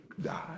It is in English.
die